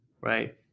Right